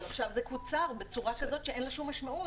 אבל עכשיו זה קוצר בצורה כזאת שאין לה שום משמעות.